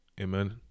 Amen